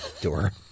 door